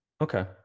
Okay